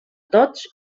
tots